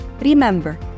remember